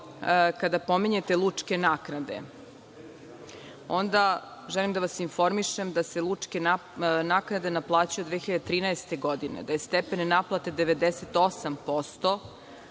kada pominjete lučke naknade, onda želim da vas informišem da se lučke naknade naplaćuju od 2013. godine, da je stepen naplate 98%,